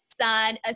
son